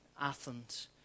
Athens